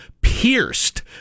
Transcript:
pierced